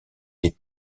des